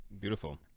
Beautiful